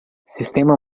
sistema